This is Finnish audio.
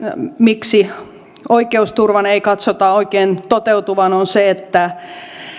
miksi oikeusturvan ei katsota oikein toteutuvan on se että